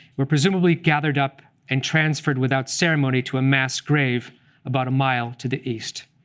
where presumably gathered up and transferred without ceremony to a mass grave about a mile to the east.